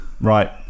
right